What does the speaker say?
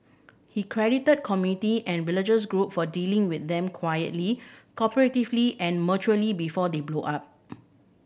he credited community and religious group for dealing with them quietly cooperatively and maturely before they blow up